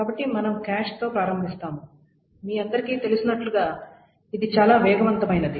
కాబట్టి మనం కాష్ తో ప్రారంభిస్తాము మీ అందరికీ తెలిసినట్లు గా అది చాలా వేగవంతమైనది